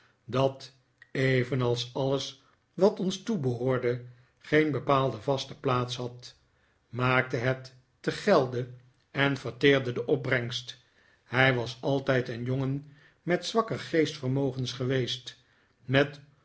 dat evenals alles wat ons toebehoorde geen bepaalde vaste plaats had maakte het te gelde en verteerde de opbrengst hij was altijd een jongen met zwakke geestvermogens geweest met